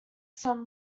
some